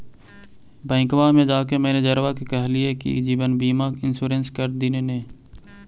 बैंकवा मे जाके मैनेजरवा के कहलिऐ कि जिवनबिमा इंश्योरेंस कर दिन ने?